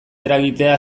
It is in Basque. eragitea